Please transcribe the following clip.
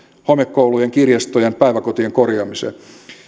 homekoulujen kirjastojen päiväkotien korjaamiseen